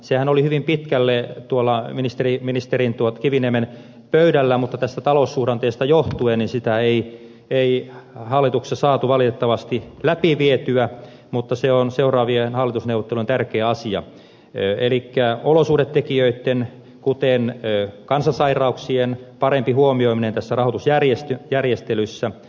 sehän oli hyvin pitkälle ministeri kiviniemen pöydällä mutta tästä taloussuhdanteesta johtuen sitä ei hallituksessa saatu valitettavasti läpi vietyä mutta se on seuraavien hallitusneuvottelujen tärkeä asia elikkä olosuhdetekijöitten kuten kansansairauksien parempi huomioiminen rahoitusjärjestelyissä